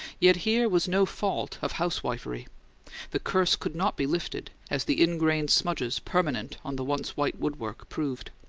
yet here was no fault of housewifery the curse could not be lifted, as the ingrained smudges permanent on the once white woodwork proved.